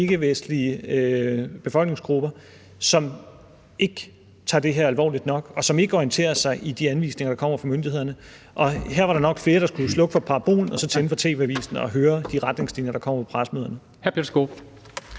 ikkevestlige borgere, som ikke tager det her alvorligt nok, og som ikke orienterer sig i de anvisninger, der kommer fra myndighederne. Og her var der nok flere, der skulle slukke for parabolen og i stedet tænde for tv-avisen og lytte til de retningslinjer, der kommer på pressemøderne. Kl.